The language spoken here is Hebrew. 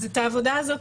אז את העבודה הזאת,